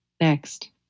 Next